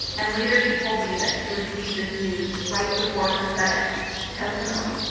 and later she told me that she received this news right before her senate testimony.